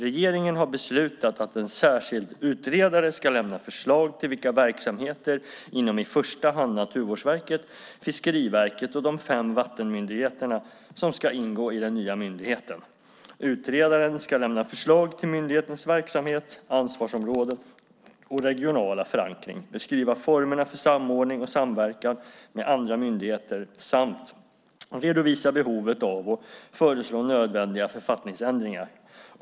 Regeringen har beslutat att en särskild utredare ska lämna förslag till vilka verksamheter inom i första hand Naturvårdsverket, Fiskeriverket och de fem vattenmyndigheterna som ska ingå i den nya myndigheten. Utredaren ska lämna förslag till myndighetens verksamhet, ansvarsområden och regionala förankring, beskriva formerna för samordning och samverkan med andra myndigheter samt redovisa behovet av och föreslå nödvändiga författningsändringar.